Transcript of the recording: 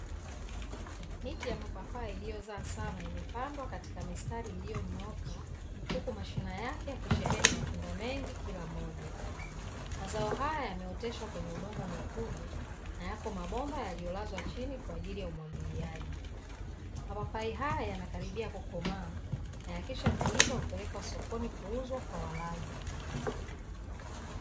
Miti ya mapapai iliyozaa sana imepandwa katika mistari iliyonyooka, huku mashina yake yakisheheni matunda mengi kila moja. Mazao haya yameoteshwa kwenye udongo mwekundu, na yako mabomba yaliyolazwa chini kwa ajili ya umwagiliaji. Mapapai haya yanakaribia kukomaa, na yakishakuiva hupelekwa sokoni kuuzwa kwa walaji.